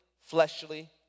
fleshly